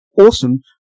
awesome